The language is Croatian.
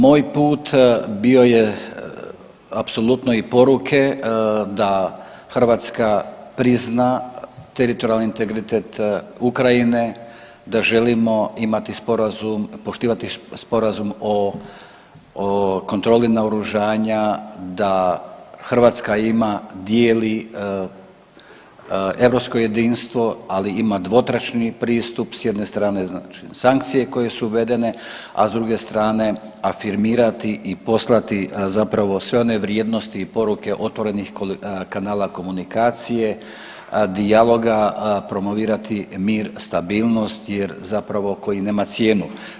Moj put bio je apsolutno i poruke da Hrvatska prizna teritorijalni integritet Ukrajine, da želimo imati sporazum, poštivati sporazum o kontroli naoružanja, da Hrvatska ima, dijeli europsko jedinstvo ali ima dvotrećni pristup, s jedne strane znači sankcije koje su uvedene, a s druge strane afirmirati i poslati zapravo sve one vrijednosti i poruke otvorenih kanala komunikacije, dijaloga, promovirati mir, stabilnost jer zapravo koji nema cijenu.